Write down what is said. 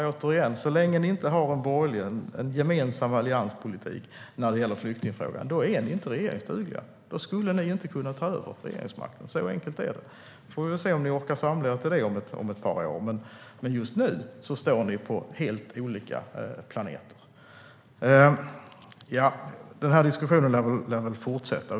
Återigen: Så länge ni inte har en gemensam borgerlig allianspolitik när det gäller flyktingfrågan är ni inte regeringsdugliga, Johan Forssell. Då kan ni inte ta över regeringsmakten - så enkelt är det. Vi får väl se om ni orkar samla er till det om ett par år, men just nu står ni på helt olika planeter. Den här diskussionen lär fortsätta.